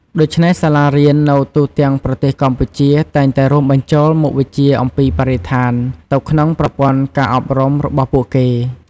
ដូច្នេះ សាលារៀននៅទូទាំងប្រទេសកម្ពុជាតែងតែរួមបញ្ចូលមុខវិជ្ជាអំពីបរិស្ថានទៅក្នុងប្រព័ន្ធការអប់រំរបស់ពួកគេ។